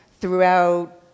throughout